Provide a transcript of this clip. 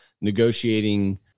negotiating